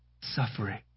suffering